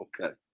Okay